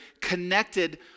connected